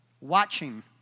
watching